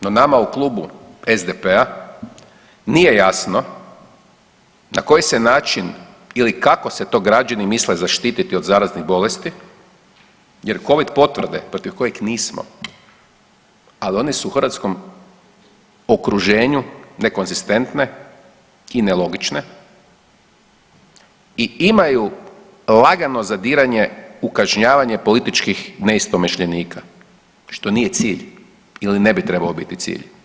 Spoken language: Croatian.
No nama u Klubu SDP-a nije jasno na koji se način ili kako se to građani misle zaštititi od zaraznih bolesti jer covid potvrde protiv kojih nismo, al one su u hrvatskom okruženju nekonzistentne i nelogične i imaju lagano zadiranje u kažnjavanje političkih neistomišljenika, što nije cilj ili ne bi trebao biti cilj.